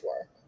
work